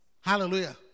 Hallelujah